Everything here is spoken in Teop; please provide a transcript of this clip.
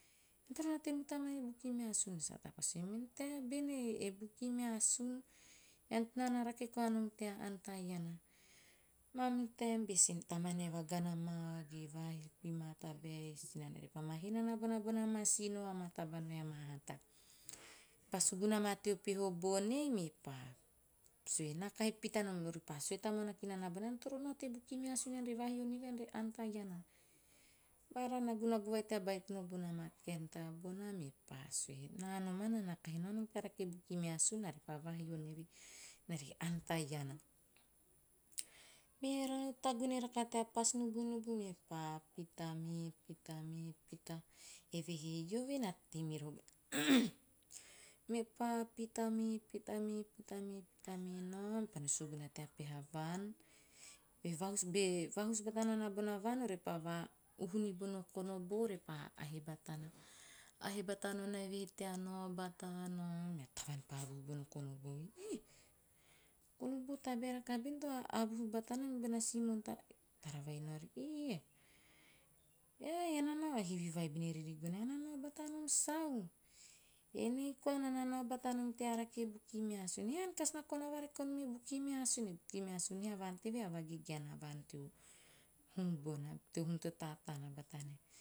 Ean toro nao te mutamane bukimeasun!" Sahata pa sue, "mene tabe bene e bukimeasun, naa na rake koa nom tea ann ta iana." Mamihu taem be tamanae vagana maa ge vahipi ma tabae e sinanae pama hee nana bona bona maa sino ge amaa taba ann vai ei, ama hata. Mepa suguna ma teo peho bon ei, mepa sue. "Naa kahi pita nom." Repa sue tamuana kinana bona, ean toro nau te bukimeasun ean re vahio neve ean re ann to iana." Bara nagunagu vai tea baitono bona maa kaen taba bona, mepa sue, "naa nomana na kahi nao nom tea rake e bukimeasun naa pa vahio neve naa ta iana." Merau, tagune rakaha tea pasu nubunubu mepa pita me pita me pita. Eve he eove na tei mirori mepa pita me pita me pita me pita me nao, mepa no suguna tea peha vaan. Be vahus- be vahus batana bona vaan, orepa va`uhu nibono konobo repa ahaehe batana. A haehe batana eve he tea nao bata, nao mea tavaan pa avuhu bono konobo, 'ih, o konobo tabae rakaha bene to avuhu batana mibona si moan." Tara vai nao ori, "eh, ean na nao,' hivi vai ben e rigono, ean na nao bata nom sau? Enei koai, naa na nao bata nom tea rake e bukimeasun." "Ean kasi na kona vareko nom e bukimeasun? E bukimeasun he a vaan teve a vagegeana vaan. Teo hum bona, teo hum to taatana bata nae.